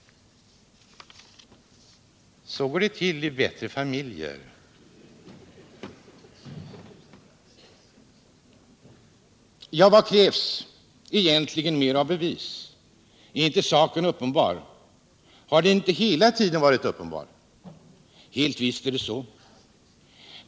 Så går det till i bättre familjer! Vad krävs egentligen mer av bevis? Är inte saken uppenbar? Har den inte hela tiden varit uppenbar? Helt visst är det så.